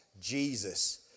Jesus